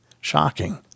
shocking